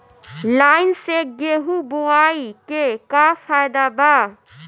Line से गेहूं बोआई के का फायदा बा?